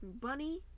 Bunny